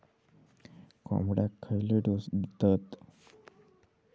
कोंबड्यांक खयले डोस दितत?